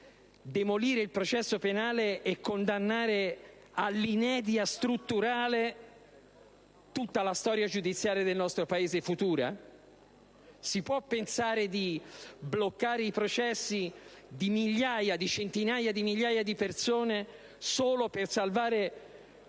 demolire il processo penale e condannare all'inedia strutturale tutta la storia giudiziaria futura del nostro Paese? Si può pensare di bloccare i processi di centinaia di migliaia di persone soltanto per salvare